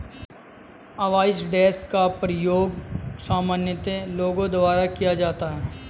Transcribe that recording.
avoidance का प्रयोग सामान्यतः लोगों द्वारा किया जाता है